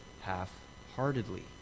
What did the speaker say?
half-heartedly